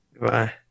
Bye